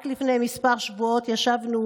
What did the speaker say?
רק לפני כמה שבועות ישבנו